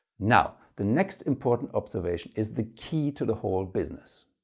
now the next important observation is the key to the whole business.